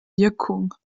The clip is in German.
wirkung